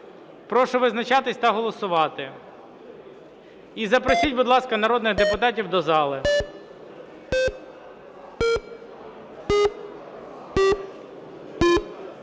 Прошу визначатись та голосувати. І запросіть, будь ласка, народних депутатів до зали.